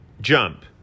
Jump